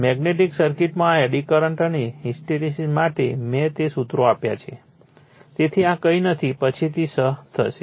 magnetic સર્કિટમાં આ eddy current અને હિસ્ટેરેસીસ માટે મેં તે સૂત્રો આપ્યા છે તેથી આ કંઈ નથી પછીથી સહ થશે